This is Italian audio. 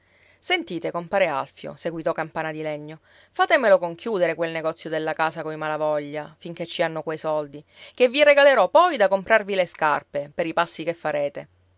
sentite compare alfio seguitò campana di legno fatemelo conchiudere quel negozio della casa coi malavoglia finché ci hanno quei soldi che vi regalerò poi da comprarvi le scarpe per i passi che farete